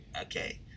Okay